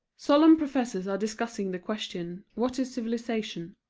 solemn professors are discussing the question what is civilization?